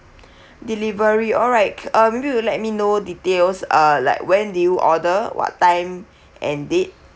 delivery alright um maybe you let me know details uh like when did you order what time and date